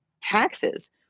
taxes